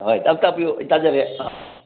ꯍꯣꯏ ꯑꯝ ꯇꯥꯛꯄꯤꯌꯨ ꯑꯩ ꯇꯥꯖꯔꯦ ꯑ